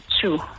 two